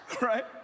Right